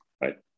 right